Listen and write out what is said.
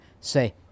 say